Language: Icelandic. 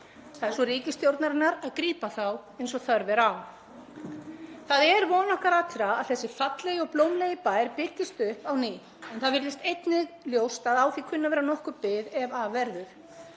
Það er sú ríkisstjórnarinnar að grípa þá eins og þörf er á. Það er von okkar allra að þessi fallegi og blómlegi bær byggist upp á ný en það virðist einnig ljóst að á því kunni að vera nokkur bið ef af verður.